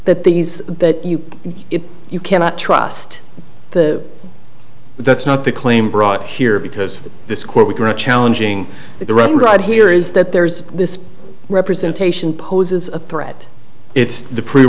that these that if you cannot trust the that's not the claim brought here because this court we cannot challenging the run right here is that there's this representation poses a threat it's the pre